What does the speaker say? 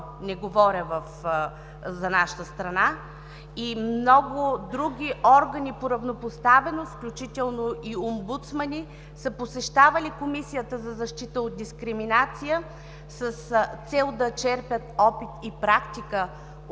не говоря за нашата страна. Много други органи по равнопоставеност, включително и омбудсмани, са посещавали Комисията за защита от дискриминация с цел да черпят опит и практика